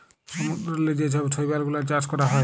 সমুদ্দূরেল্লে যে ছব শৈবাল গুলাল চাষ ক্যরা হ্যয়